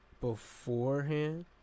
beforehand